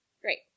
Great